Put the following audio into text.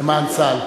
למען צה"ל.